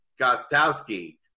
Gostowski